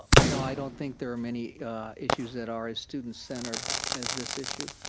you know, i don't think there are many issues that are as student-centered as this issue.